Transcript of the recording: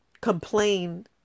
complain